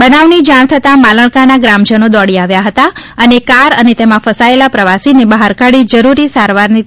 બનાવ ની જાણ થતાં માલણકા ના ગ્રામજનો દોડી આવ્યા હતા અને કાર અને તેમાં ફસાયેલા પ્રવાસીને બહાર કાઢી જરૂરી સારવારની તજવીજ હાથ ધરી હતી